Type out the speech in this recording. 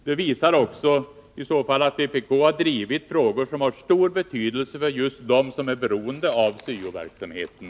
Det visar i så fall också att vpk har drivit frågor som har stor betydelse för just dem som är beroende av syo-verksamheten.